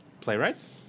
playwrights